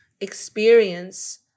experience